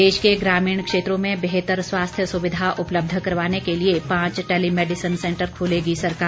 प्रदेश के ग्रामीण क्षेत्रों में बेहतर स्वास्थ्य सुविधा उपलब्ध करवाने के लिए पांच टैलीमैडिसन सेंटर खोलेगी सरकार